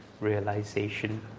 realization